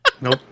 Nope